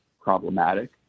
problematic